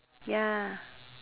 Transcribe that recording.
ya